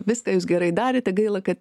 viskas jūs gerai darėte gaila kad